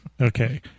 Okay